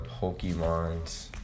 Pokemons